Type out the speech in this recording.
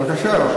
בבקשה.